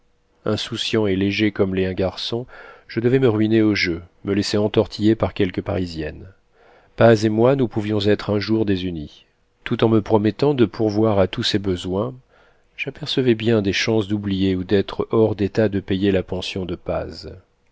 insouciant et léger comme l'est un garçon je devais me ruiner au jeu me laisser entortiller par quelque parisienne paz et moi nous pouvions être un jour désunis tout en me promettant de pourvoir à tous ses besoins j'apercevais bien des chances d'oublier ou d'être hors d'état de payer la pension de paz